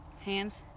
Hands